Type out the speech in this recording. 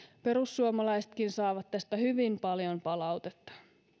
perussuomalaisetkin saavat tästä hyvin paljon palautetta